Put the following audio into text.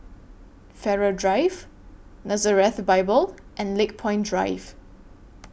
Farrer Drive Nazareth Bible and Lakepoint Drive